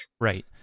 Right